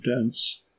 dense